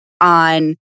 on